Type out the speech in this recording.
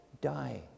die